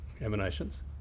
emanations